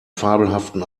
fabelhaften